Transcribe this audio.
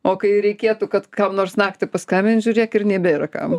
o kai reikėtų kad kam nors naktį paskambint žiūrėk ir nebėra kam